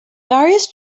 darius